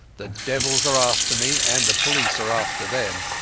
the devils are after me, and the police are after them.